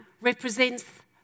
represents